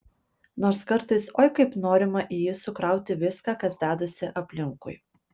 nors kartais oi kaip norima į jį sukrauti viską kas dedasi aplinkui